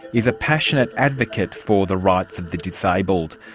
is a passionate advocate for the rights of the disabled.